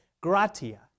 gratia